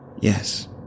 yes